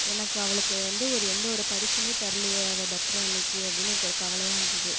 எனக்கு அவளுக்கு வந்து ஒரு எந்த ஒரு பரிசுமே தரலையே அவள் பர்த்டே அன்றைக்கி அப்படின்னு எனக்கு ஒரு கவலையாக இருந்தது